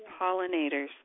pollinators